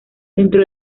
dentro